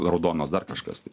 raudonos dar kažkas tai